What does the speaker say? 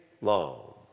long